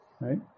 right